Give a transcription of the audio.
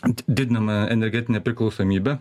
ant didinama energetinė priklausomybė